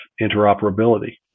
interoperability